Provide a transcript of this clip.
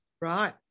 Right